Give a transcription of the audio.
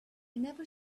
never